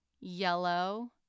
yellow